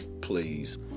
please